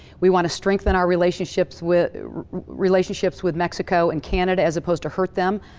we want to strengthen our relationships with relationships with mexico and canada, as opposed to hurt them.